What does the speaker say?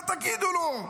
מה תגידו לו?